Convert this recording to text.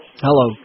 Hello